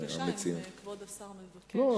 בבקשה, אם כבוד השר מבקש.